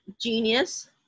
genius